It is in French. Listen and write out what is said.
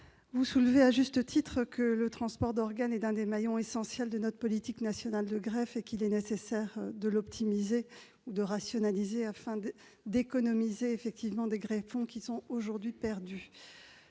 vous soulignez à juste titre que le transport d'organes est un des maillons essentiels de notre politique nationale de greffes et qu'il est nécessaire de l'optimiser et de le rationaliser, afin d'économiser des greffons aujourd'hui perdus.